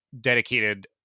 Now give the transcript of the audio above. dedicated